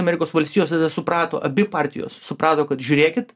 amerikos valstijos tada suprato abi partijos suprato kad žiūrėkit